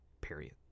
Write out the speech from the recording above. period